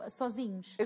sozinhos